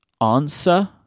Answer